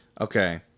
okay